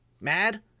mad